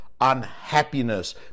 unhappiness